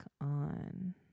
on